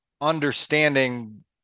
understanding